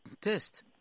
test